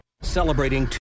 Celebrating